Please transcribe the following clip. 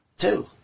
two